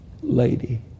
lady